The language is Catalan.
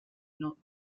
nom